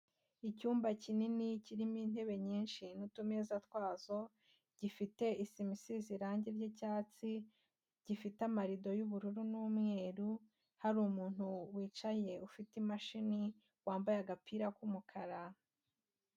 Icyumba kinini kirimo intebe nyinshi n'utumeza twazo gifite isima isize irangi ry'icyatsi, gifite amarido y'ubururu n'umweru hari umuntu wicaye ufite imashini wambaye agapira k'umukara.